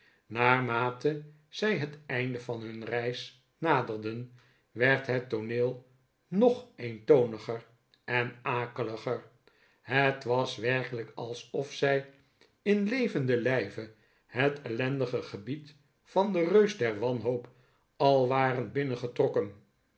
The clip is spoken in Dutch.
naarmate zij het einde van hun reis naderden werd het tooneel nog eentoniger en akeliger het was werkelijk alsof zij in levenden lijve het ellendige gebied van den reus der wanhoop al waren binnengetrokken